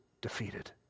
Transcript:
defeated